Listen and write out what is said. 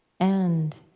and